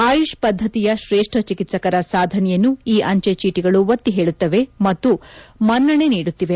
ಆಯುಷ್ ಪದ್ಧತಿಯ ಶ್ರೇಷ್ಠ ಚಿಕಿತ್ಸಕರ ಸಾಧನೆಯನ್ನು ಈ ಅಂಚೆ ಚೀಟಿಗಳು ಒತ್ತಿ ಹೇಳುತ್ತವೆ ಮತ್ತು ಮನ್ನಣೆ ನೀಡುತ್ತವೆ